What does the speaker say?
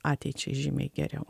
ateičiai žymiai geriau